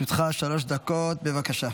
לרשותך שלוש דקות, בבקשה.